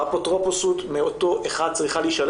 האפוטרופסות מאותו אחד צריכה להישלל